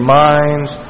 minds